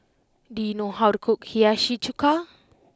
do you know how to cook Hiyashi Chuka